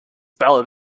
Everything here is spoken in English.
ballad